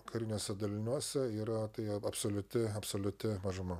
kariniuose daliniuose yra tai absoliuti absoliuti mažuma